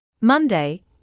Monday